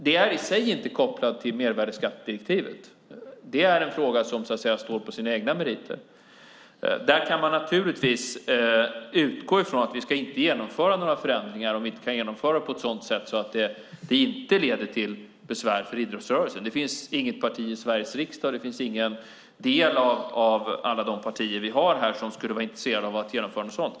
Det är i sig inte kopplat till mervärdesskattedirektivet, utan det är en fråga som står på sina egna meriter. Där kan man naturligtvis utgå från att vi inte ska genomföra några förändringar om vi inte kan genomföra dem på ett sådant sätt så att det inte leder till besvär för idrottsrörelsen. Det finns inget parti i Sveriges riksdag och heller ingen del av de partier vi har här som skulle vara intresserade av att genomföra något sådant.